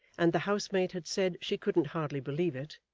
and the housemaid had said she couldn't hardly believe it,